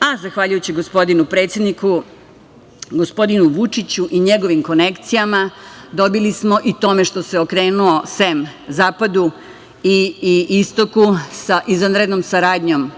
a zahvaljujući gospodinu predsedniku, gospodinu Vučiću i njegovim konekcijama i tome što se okrenuo sem zapadu i istoku, sa izvanrednom saradnjom